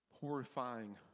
Horrifying